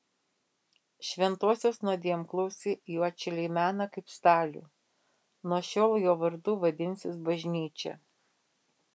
šventosios nuodėmklausį juodšiliai mena kaip stalių nuo šiol jo vardu vadinsis bažnyčia